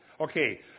Okay